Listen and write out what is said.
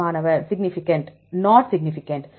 மாணவர்நாட் significant